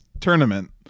tournament